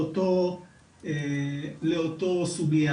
לאותה סוגיה.